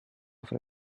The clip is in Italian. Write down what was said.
fra